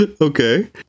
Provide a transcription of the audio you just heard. Okay